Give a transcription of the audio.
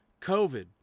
COVID